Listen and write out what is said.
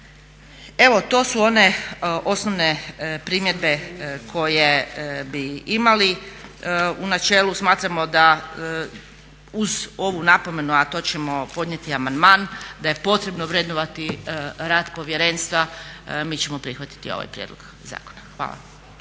Evo to su one osnovne primjedbe koje bi imali. U načelu smatramo da uz ovu napomenu, a to ćemo podnijeti amandman, da je potrebno vrednovati rad povjerenstva. Mi ćemo prihvatiti ovaj prijedlog zakona. Hvala.